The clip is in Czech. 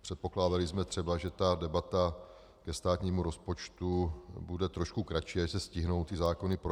Předpokládali jsme třeba, že ta debata ke státnímu rozpočtu bude trošku kratší a že se stihnou ty zákony projednat.